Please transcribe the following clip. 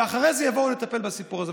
ואחרי זה יבואו לטפל בסיפור הזה.